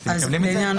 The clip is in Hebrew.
אתם מקבלים את זה?